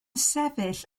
sefyll